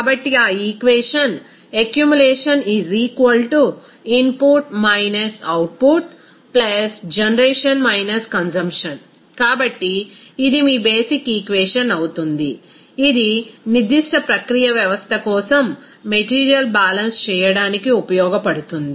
కాబట్టి ఆ equation ACCUMULATION INPUT OUTPUTGENERATION CONSUMPTION కాబట్టి ఇది మీ బేసిక్ ఈక్వేషన్ అవుతుంది ఇది నిర్దిష్ట ప్రక్రియ వ్యవస్థ కోసం మెటీరియల్ బ్యాలెన్స్ చేయడానికి ఉపయోగపడుతుంది